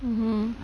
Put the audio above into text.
mmhmm